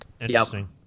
Interesting